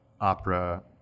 opera